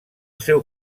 seu